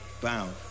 bound